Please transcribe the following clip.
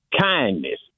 kindness